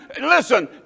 listen